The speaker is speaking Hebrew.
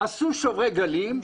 עשו שוברי גלים,